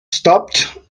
stopped